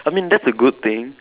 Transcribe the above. I mean that's a good thing